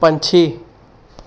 ਪੰਛੀ